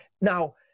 Now